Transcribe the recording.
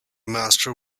master